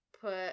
put